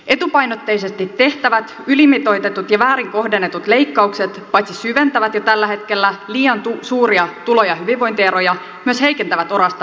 etupainotteisesti tehtävät ylimitoitetut ja väärin kohdennetut leikkaukset paitsi syventävät jo tällä hetkellä liian suuria tulo ja hyvinvointieroja myös heikentävät orastavaa kasvua